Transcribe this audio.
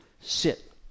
sit